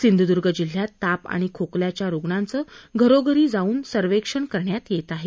सिंधूदूर्ग जिल्ह्यात ताप आणि खोकल्याच्या रुग्णांचं घरोघरी जाऊन सर्वेक्षण करण्यात येत आहे